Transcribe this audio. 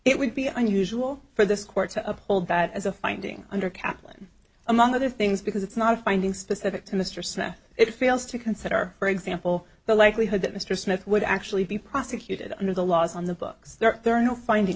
it would be unusual for this court to uphold that as a finding under kaplan among other things because it's not finding specific to mr smith it fails to consider for example the likelihood that mr smith would actually be prosecuted under the laws on the books